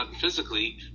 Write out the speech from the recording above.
physically